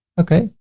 okay.